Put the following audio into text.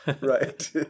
Right